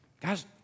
Guys